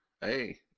Hey